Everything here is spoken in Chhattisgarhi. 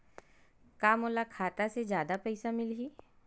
का मोला खाता से जादा पईसा मिलही?